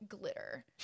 glitter